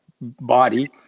body